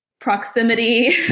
proximity